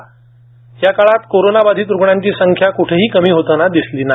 lockdown काळात कोरोनाबाधित रुग्णांची संख्या क्ठेही कमी होतांना दिसत नाही